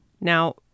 Now